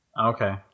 Okay